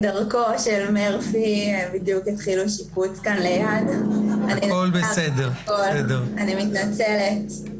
בדיוק התחילו שיפוץ ליד אני מתנצלת.